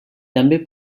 també